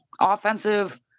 offensive